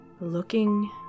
looking